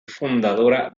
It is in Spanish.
fundadora